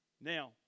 Now